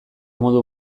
modu